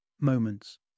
moments